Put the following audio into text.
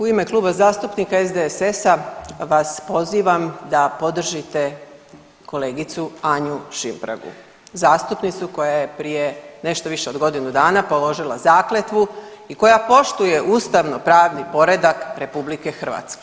U ime Kluba zastupnika SDSS-a vas pozivam da podržite kolegicu Anju Šimpragu, zastupnicu koja je prije nešto više od godinu dana položila zakletvu i koja poštuje ustavnopravni poredak RH.